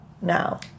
now